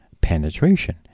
penetration